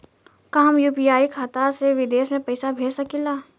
का हम यू.पी.आई खाता से विदेश में पइसा भेज सकिला?